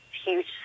Huge